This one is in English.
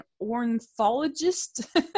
ornithologist